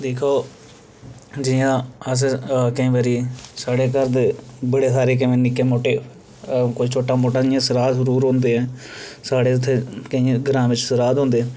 दिक्खो जि'यां अस केईं बारी साढे़ घर दे बड़े सारे केईं बारी निक्के मुट्टे कोई छोटा मोट्टा जि'यां श्राद्ध शरूद होंदे न साढ़े उत्थै केइयें ग्रांऽ बिच्च श्राद्ध होंदे